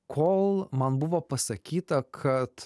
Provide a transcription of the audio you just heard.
kol man buvo pasakyta kad